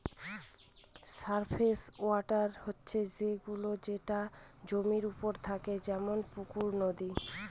surface water হচ্ছে সে গুলো যেটা জমির ওপরে থাকে যেমন পুকুর, নদী